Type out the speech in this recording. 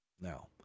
Now